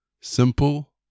Simple